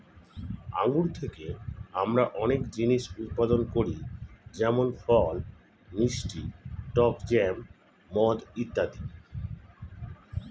আঙ্গুর থেকে আমরা অনেক জিনিস উৎপাদন করি যেমন ফল, মিষ্টি, টক জ্যাম, মদ ইত্যাদি